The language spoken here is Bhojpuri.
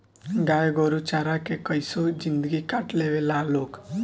गाय गोरु चारा के कइसो जिन्दगी काट लेवे ला लोग